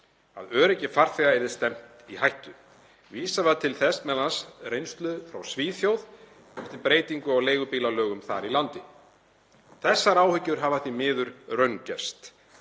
að öryggi farþega yrði stefnt í hættu. Vísað var m.a. til reynslu frá Svíþjóð eftir breytingu á leigubílalögum þar í landi. Þessar áhyggjur hafa því miður raungerst.